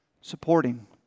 supporting